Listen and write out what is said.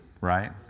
Right